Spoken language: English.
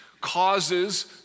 causes